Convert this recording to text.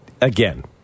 again